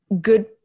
good